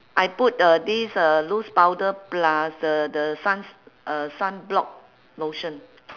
I put uh this uh loose powder plus the the sun s~ uh sunblock lotion